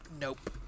Nope